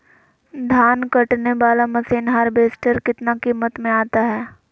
धान कटने बाला मसीन हार्बेस्टार कितना किमत में आता है?